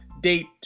date